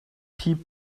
piep